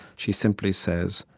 she simply says,